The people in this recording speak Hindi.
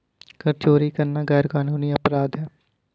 कर चोरी करना गैरकानूनी अपराध है